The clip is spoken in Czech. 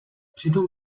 přitom